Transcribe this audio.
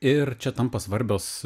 ir čia tampa svarbios